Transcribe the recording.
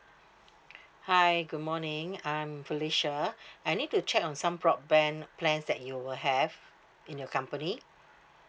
hi good morning I'm felicia I need to check on some broadband plans that you will have in your company